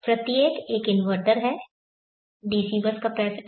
प्रत्येक एक इन्वर्टर है DC बस कपैसिटर